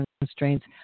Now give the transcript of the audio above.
constraints